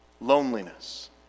Loneliness